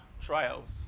trials